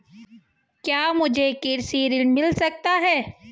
क्या मुझे कृषि ऋण मिल सकता है?